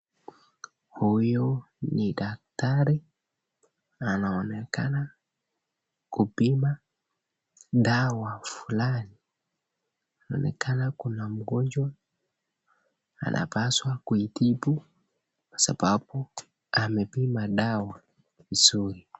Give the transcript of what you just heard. Huyu ni dakitari, na anaonekana kupima dawa fulani, inaonekana kuna mgonjwa anapaswa kuitibu kwa sababu amepima dawa vizuri.